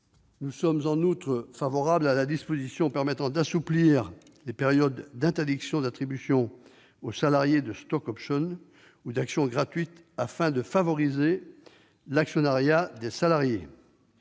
Nous sommes en outre favorables à l'assouplissement des périodes d'interdiction d'attribution aux salariés de stock-options ou d'actions gratuites, afin de favoriser l'actionnariat des salariés